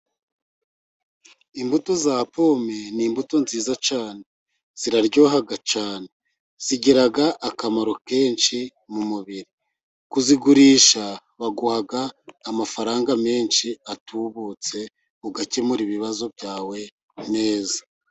Imbuto za pome ni imbuto nziza cyane. Ziraryoha cyane. Zigira akamaro kenshi mu mubiri. Kuzigurisha baguha amafaranga menshi atubutse, ugakemura ibibazo byawe neza.